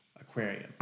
aquarium